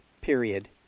period